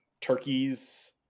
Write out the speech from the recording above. Turkeys